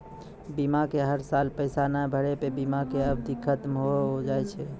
बीमा के हर साल पैसा ना भरे पर बीमा के अवधि खत्म हो हाव हाय?